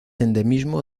endemismo